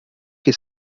che